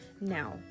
Now